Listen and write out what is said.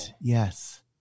yes